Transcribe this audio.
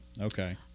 okay